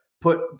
put